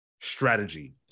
strategy